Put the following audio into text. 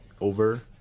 over